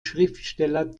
schriftsteller